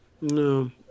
No